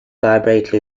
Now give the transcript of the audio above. vibrate